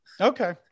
Okay